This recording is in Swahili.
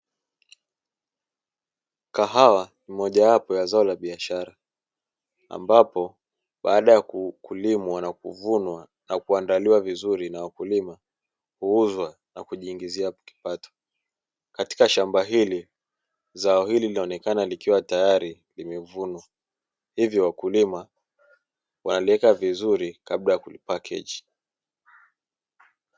Kahawa ni mojawapo ya zao la biashara, ambapo baada ya kulimwa na kuvunwa na kuandaliwa vizuri na wakulima, huuzwa na kujiingizia kipato. Katika shamba hili, zao hili linaonekana likiwa tayari limevunwa, hivyo wakulima wanaliweka vizuri kabla ya kulipakeji.